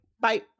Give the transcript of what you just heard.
Bye